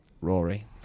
Rory